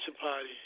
party